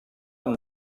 amb